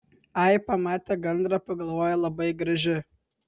ai pamate gandrą pagalvoja labai graži